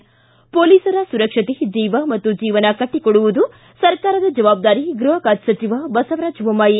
ಿ ಮೊಲೀಸರ ಸುರಕ್ಷತೆ ಜೀವ ಮತ್ತು ಜೀವನ ಕಟ್ಟಿಕೊಡುವುದು ಸರ್ಕಾರದ ಜವಾಬ್ದಾರಿ ಗೃಹ ಖಾತೆ ಸಚಿವ ಬಸವರಾಜ್ ಬೊಮ್ನಾಯಿ